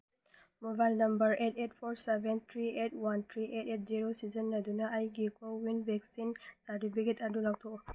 mobile number eight eight four seven three eight one three eight eight zero ꯁꯤꯖꯤꯟꯅꯗꯨꯅ ꯑꯩꯒꯤ covid vaccine certificate ꯑꯗꯨ ꯂꯧꯊꯣꯛꯎ